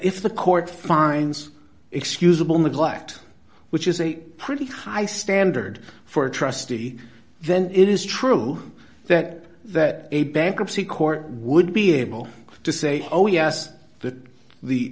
if the court finds excusable neglect which is a pretty high standard for a trustee then it is true that that a bankruptcy court would be able to say oh yes that the